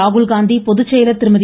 ராகுல்காந்தி பொதுச்செயலர் திருமதி